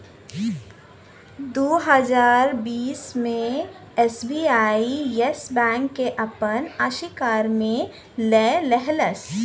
दू हज़ार बीस मे एस.बी.आई येस बैंक के आपन अशिकार मे ले लेहलस